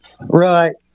Right